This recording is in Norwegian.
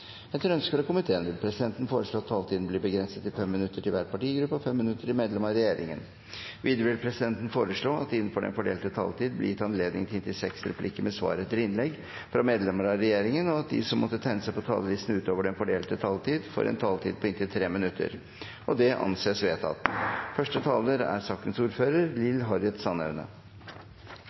Etter ønske fra justiskomiteen vil presidenten foreslå at taletiden blir begrenset til 5 minutter til hver partigruppe og 5 minutter til medlemmer av regjeringen. Videre vil presidenten foreslå at det – innenfor den fordelte taletid – blir gitt anledning til inntil seks replikker med svar etter innlegg fra medlemmer av regjeringen, og at de som måtte tegne seg på talerlisten utover den fordelte taletid, får en taletid på inntil 3 minutter. – Det anses vedtatt. Det norske straffesystemet er